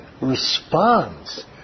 responds